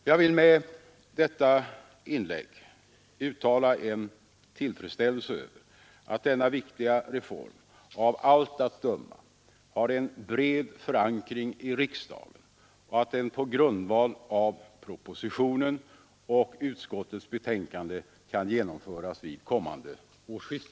Jag vill med detta korta inlägg uttala en tillfredsställelse över att denna viktiga reform av allt att döma har en bred förankring i riksdagen och att den på grundval av propositionen och utskottets betänkande kan genomföras vid kommande årsskifte.